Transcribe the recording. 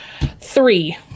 Three